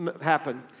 Happen